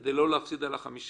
כדי לא להפסיד על ה-5%,